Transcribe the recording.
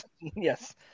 Yes